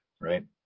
right